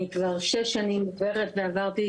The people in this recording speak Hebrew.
אני כבר שש שנים עוברת ועברתי